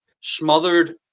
smothered